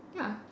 ya